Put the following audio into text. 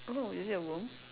oh is it a worm